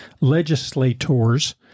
legislators